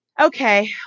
Okay